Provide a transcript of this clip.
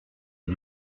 les